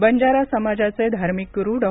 बंजारा समाजाचे धार्मिक गुरू डॉ